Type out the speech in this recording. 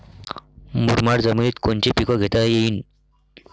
मुरमाड जमिनीत कोनचे पीकं घेता येईन?